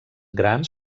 grans